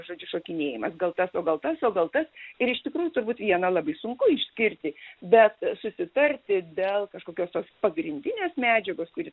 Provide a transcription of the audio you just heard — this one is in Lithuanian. žodžiu šokinėjimas gal tas o gal tas o gal tas ir iš tikrųjų turbūt vieną labai sunku išskirti bet susitarti dėl kažkokios tos pagrindinės medžiagos kuri